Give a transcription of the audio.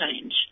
change